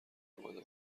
اومده